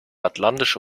atlantische